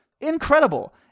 incredible